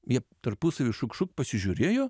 jie tarpusavy šuk šuk pasižiūrėjo